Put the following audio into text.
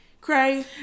Cray